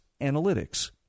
Analytics